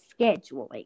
scheduling